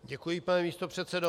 Děkuji, pane místopředsedo.